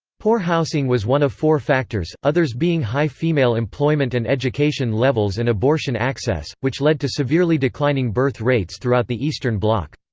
poor housing was one of four factors, others being high female employment and education levels and abortion access, which led to severely declining birth rates throughout the eastern bloc.